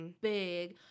big